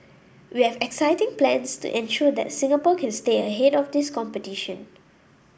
we have exciting plans to ensure that Singapore can stay ahead of this competition